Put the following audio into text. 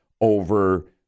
over